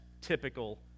typical